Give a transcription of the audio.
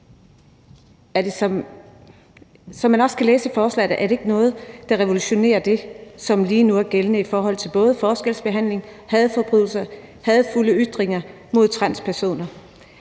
Som man også kan læse i forslaget, er det ikke noget, der revolutionerer det, som lige nu er gældende i forhold til både forskelsbehandling, hadforbrydelser og hadefulde ytringer mod transpersoner,